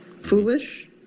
foolish